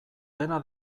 dena